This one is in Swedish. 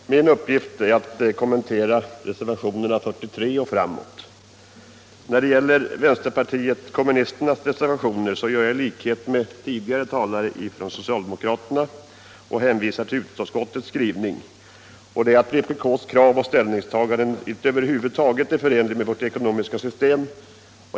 Herr talman! Min uppgift är att kommentera reservationerna fr.o.m. nr 43 och framåt. När det gäller vänsterpartiet kommunisternas reservationer hänvisar jag, i likhet med föregående talare från socialdemokraterna, till vad utskottet har skrivit, nämligen att vpk:s krav och ställningstaganden över huvud taget inte är förenliga med vårt lands ekonomiska system.